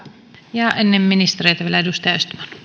ja ennen ministereitä vielä edustaja